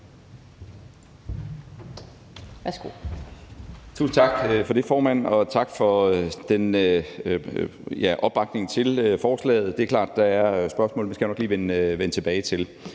Tusind tak for det, formand. Og tak for opbakningen til forslaget. Det er klart, at der er spørgsmål, og dem skal jeg nok lige vende tilbage til,